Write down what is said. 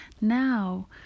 Now